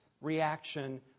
reaction